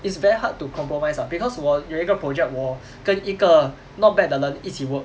it's very hard to compromise ah because 我有一个 project 我跟一个 not bad 的人一起 work